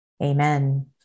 Amen